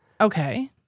Okay